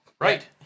Right